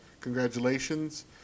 congratulations